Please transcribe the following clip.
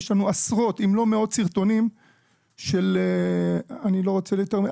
ויש לנו עשרות אם לא מאות סרטונים של אני לא רוצה יותר,